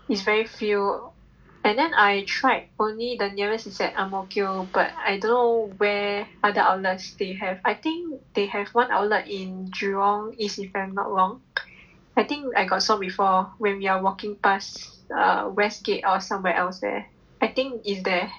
it's very few and then I tried only the nearest is at Ang-Mo-Kio but I don't know where other outlets they have I think they have one outlet in jurong east if I'm not wrong I think I got saw before when we are walking past err westgate or somewhere else there I think is there